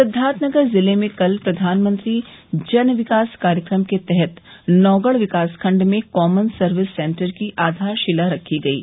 सिद्वार्थनगर ज़िले में कल प्रधानमंत्री जन विकास कार्यक्रम के तहत नौगढ़ विकास खण्ड में कॉमन सर्विस सेन्टर की आधारशिला रखी गयी